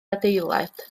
adeilad